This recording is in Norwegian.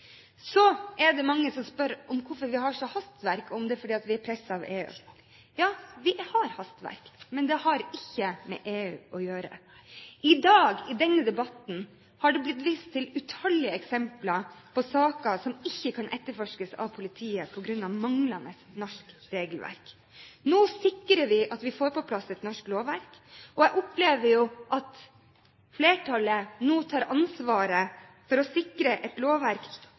Så er det mange som spør om hvorfor vi har sånt hastverk, om det er fordi vi er presset av EU. Ja, vi har hastverk, men det har ikke med EU å gjøre. I dag, i denne debatten, er det blitt vist til utallige eksempler på saker som ikke kan etterforskes av politiet på grunn av manglende norsk regelverk. Nå sikrer vi at vi får på plass norsk lovverk, og jeg opplever at flertallet nå tar ansvaret for å sikre et lovverk